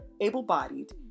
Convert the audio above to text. able-bodied